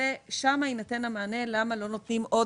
ושם יינתן המענה ללמה לא נותנים עוד